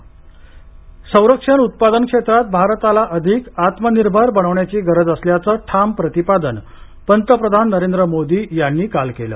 पंतप्रधान मोदी संरक्षण संरक्षण उत्पादन क्षेत्रात भारताला अधिक आत्मनिर्भर बनवण्याची गरज असल्याचं ठाम प्रतिपादन पंतप्रधान नरेंद्र मोदी यांनी काल केलं